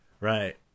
Right